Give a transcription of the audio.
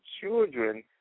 children